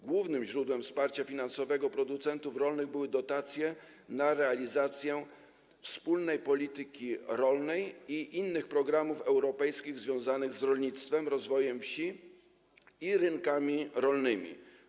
Głównym źródłem wsparcia finansowego producentów rolnych były dotacje na realizację wspólnej polityki rolnej i innych programów europejskich związanych z rolnictwem, rozwojem wsi i rynkami rolnymi.